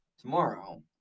tomorrow